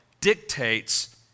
dictates